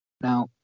Now